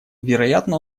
вероятно